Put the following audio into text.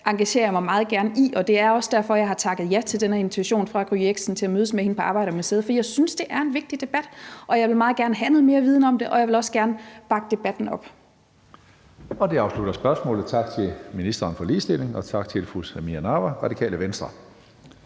engagerer jeg mig meget gerne i. Og det er også derfor, jeg har takket ja til den her invitation fra Gry Jexen til at mødes med hende på Arbejdermuseet, for jeg synes, det er en vigtig debat, og jeg vil meget gerne have noget mere viden om det, og jeg vil også gerne bakke debatten op. Kl. 15:19 Tredje næstformand (Karsten Hønge): Det afslutter spørgsmålet. Tak til ministeren for ligestilling, og tak til fru Samira Nawa, Radikale Venstre.